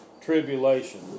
tribulation